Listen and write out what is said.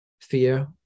Fear